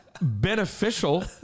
beneficial